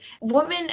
women